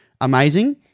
amazing